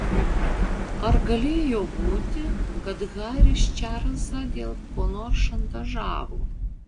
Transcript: ar galėjo būti kad haris čarlzą dėl ko nors šantažavo